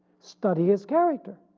study his character,